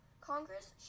Congress